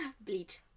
Bleach